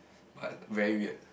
but very weird